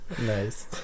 Nice